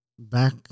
Back